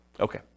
Okay